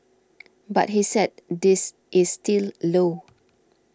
but he said this is still low